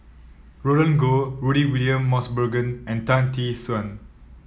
Roland Goh Rudy William Mosbergen and Tan Tee Suan